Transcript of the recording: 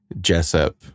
Jessup